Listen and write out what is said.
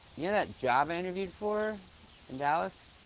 you know that job i interviewed for? in dallas.